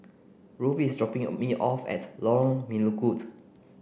Ruby is dropping me off at Lorong Melukut